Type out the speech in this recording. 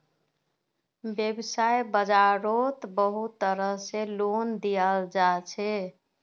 वैव्साय बाजारोत बहुत तरह से लोन दियाल जाछे